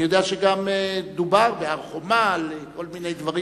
אני יודע שגם דובר בהר-חומה על כל מיני דברים,